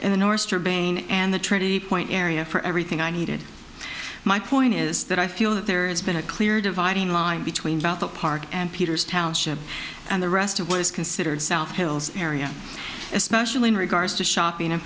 in the north her brain and the trinity point area for everything i needed my point is that i feel that there has been a clear dividing line between about the park and peter's township and the rest of what is considered south hills area especially in regards to shopping a